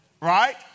right